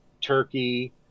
Turkey